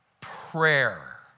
prayer